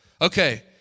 Okay